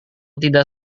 tidak